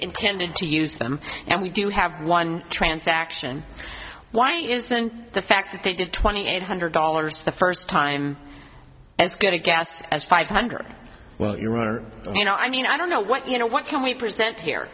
intended to use them and we do have one transaction why isn't the fact that they did twenty eight hundred dollars the first time as good a guess as five hundred well you were you know i mean i don't know what you know what can we present here